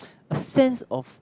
a sense of